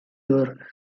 your